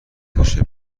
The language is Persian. بشه